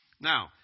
Now